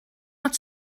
not